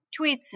tweets